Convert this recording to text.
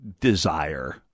desire